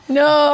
no